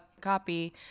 copy